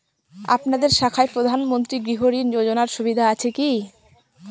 আপনাদের শাখায় প্রধানমন্ত্রী গৃহ ঋণ যোজনার সুবিধা আছে কি?